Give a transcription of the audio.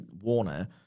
Warner